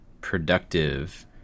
productive